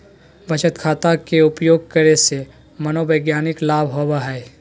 बचत खाता के उपयोग करे से मनोवैज्ञानिक लाभ होबो हइ